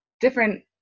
different